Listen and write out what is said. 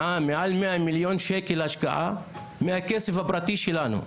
מעל 100 מיליון שקל השקעה מהכסף הפרטי שלנו,